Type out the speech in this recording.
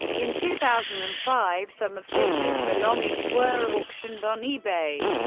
in two thousand and five, some of fischer's belongings were auctioned on ebay.